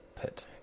pit